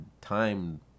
time